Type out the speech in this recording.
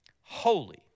holy